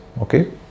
okay